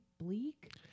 bleak